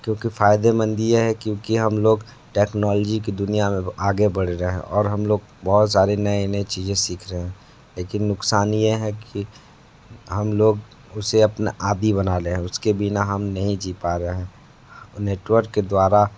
क्योंकि फायदेमंद यह है की क्योंकि हम लोग टेक्नॉलजी की दुनिया में आगे बढ़ रहे हैं और हम लोग बहुत सारे नई नई चीज़ें सीख रहे हैं लेकिन नुकसान यह है कि हम लोग उसे अपना आदि बना रहे हैं उसके बिना हम जी नहीं पा रहे हैं नेटवर्क के द्वारा